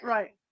Right